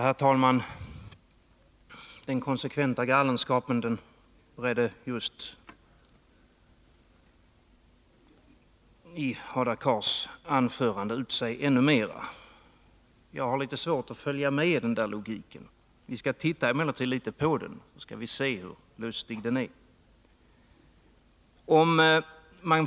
Herr talman! Den konsekventa galenskapen bredde ut sig ännu mer just i Hadar Cars anförande. Jag har litet svårt att följa med i hans logik. Vi kan emellertid titta litet på den och se hur besynnerlig den är.